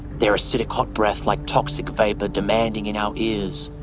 their acidic hot breath like toxic vapor demanding in our ears,